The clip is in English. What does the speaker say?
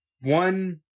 one